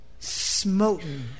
smoten